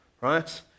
Right